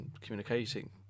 communicating